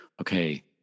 Okay